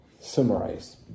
summarize